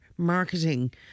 marketing